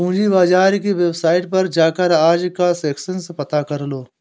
पूंजी बाजार की वेबसाईट पर जाकर आज का सेंसेक्स पता करलो